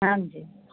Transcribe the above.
ਹਾਂਜੀ